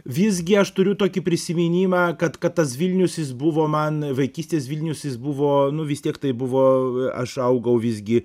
visgi aš turiu tokį prisiminimą kad kad tas vilnius jis buvo man vaikystės vilnius jis buvo nu vis tiek tai buvo aš augau visgi